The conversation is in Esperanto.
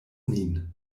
nin